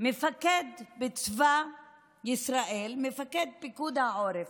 מפקד בצבא ישראל, מפקד פיקוד העורף.